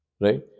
right